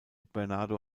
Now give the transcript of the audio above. bernardo